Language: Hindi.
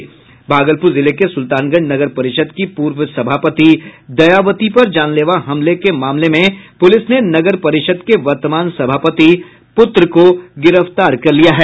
भागलपुर जिले के सुल्तानगंज नगर परिषद् की पूर्व सभापति दयावती पर जानलेवा हमले के मामले में पुलिस ने नगर परिषद के वर्तमान सभापति के पुत्र को गिरफ्तार कर लिया है